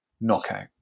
knockout